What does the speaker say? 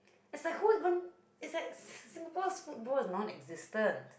it's like who even is like Singapore's football is non existent